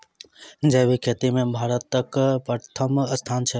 जैबिक खेती मे भारतक परथम स्थान छै